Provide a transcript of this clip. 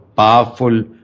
Powerful